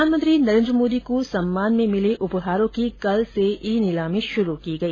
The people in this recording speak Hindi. प्रधानमंत्री नरेंद्र मोदी को सम्मान में मिले उपहारों की कल से ई नीलामी शुरू की गई